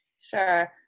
Sure